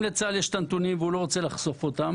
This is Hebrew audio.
אם לצה"ל יש את הנתונים והוא לא רוצה לחשוף אותם